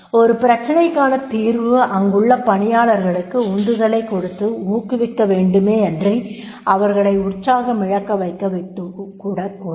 ஒரு பிரச்சனைக்கான தீர்வு அங்குள்ள பணியாளர்களுக்கு உந்துதலைக் கொடுத்து ஊக்குவிக்க வேண்டுமேயன்றி அவர்களை உற்சாகமிழக்க வைத்துவிடக் கூடாது